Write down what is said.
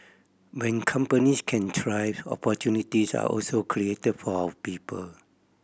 when companies can thrive opportunities are also created for our people